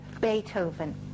Beethoven